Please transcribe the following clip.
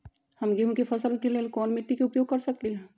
हम गेंहू के फसल के लेल कोन मिट्टी के उपयोग कर सकली ह?